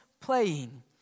playing